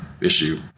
issue